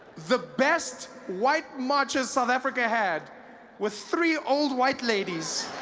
the best white marchers south africa had was three old white ladies